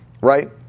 right